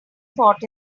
fought